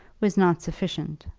was not sufficient.